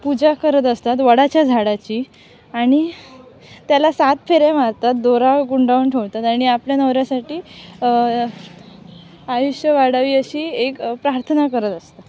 पूजा करत असतात वडाच्या झाडाची आणि त्याला सात फेरे मारतात दोरा गुंडाळून ठेवतात आणि आपल्या नवऱ्यासाठी आयुष्य वाढावी अशी एक प्रार्थना करत असतात